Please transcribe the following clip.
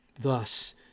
thus